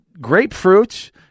grapefruit